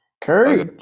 Curry